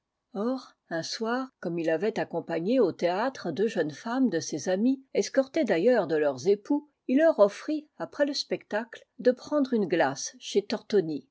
or un soir comme il avait accompagné au théâtre deux jeunes femmes de ses amies escortées d'ailleurs de leurs époux il leur offrit après le spectacle de prendre une glace chez tortoni